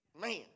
man